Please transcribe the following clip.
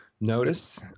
notice